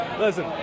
Listen